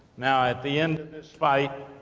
now at the end of this fight,